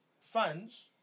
fans